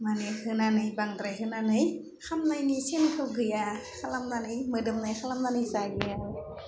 माने होनानै बांद्राय होनानै खामनायनि सेन्तखौ गैया खालामनानै मोदोमनाय खालामनानै जायो